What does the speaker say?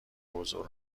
حضور